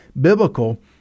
biblical